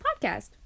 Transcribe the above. podcast